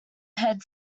head